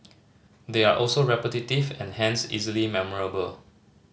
they are also repetitive and hence easily memorable